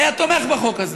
היה תומך בחוק הזה.